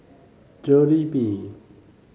Jollibee